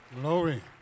Glory